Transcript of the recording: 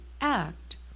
act